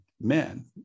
men